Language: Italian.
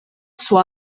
suo